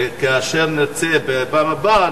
וכאשר נרצה בפעם הבאה,